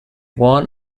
worn